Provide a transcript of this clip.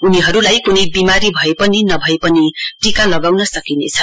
उनीहरूलाई कुनै बिमारी भए पनि नभए पनि टीका लगाउन सकिनेछ